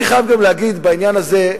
אני חייב גם להגיד בעניין הזה,